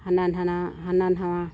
ᱦᱟᱱᱟ ᱱᱟᱱᱟ ᱦᱟᱱᱟ ᱱᱷᱟᱣᱟ